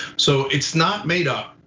so it's not made up.